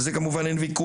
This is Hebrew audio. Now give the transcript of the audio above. על זה כמובן אין ויכוח.